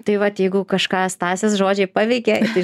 tai vat jeigu kažką stasės žodžiai paveikė tai